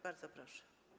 Bardzo proszę.